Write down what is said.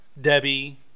Debbie